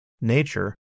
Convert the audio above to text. nature